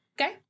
Okay